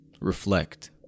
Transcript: Reflect